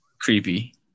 creepy